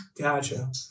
gotcha